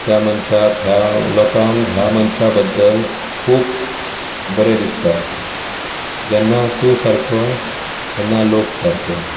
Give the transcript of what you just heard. त्या मनश्याक ह्या लोकांक ह्या मनशा बद्दल खूब बरें दिसता जेन्ना तूं सारको तेन्ना लोक सारके